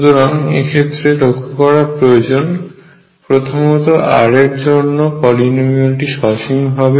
সুতরাং এক্ষেত্রে লক্ষ্য করা প্রয়োজন প্রথমত r এর জন্য পলিনোমিয়ালটি সসীম হবে